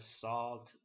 salt